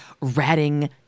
ratting